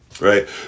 Right